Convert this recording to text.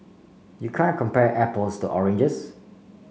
you can't compare apples to oranges